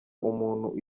umuntu